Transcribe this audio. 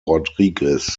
rodriguez